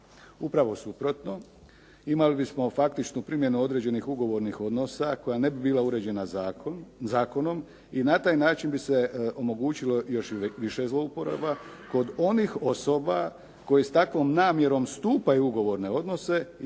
Upravo suprotno. Imali bismo faktičnu primjenu određenih ugovornih odnosa koja ne bi bila uređena zakonom i na taj način bi se omogućilo još više zlouporaba kod onih osoba koje s takvom namjerom stupaju u ugovorne odnose i